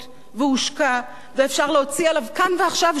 והוא הושקע, ואפשר להוציא עליו כאן ועכשיו שומה,